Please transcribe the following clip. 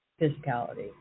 physicality